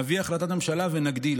נביא החלטת ממשלה ונגדיל.